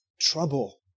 trouble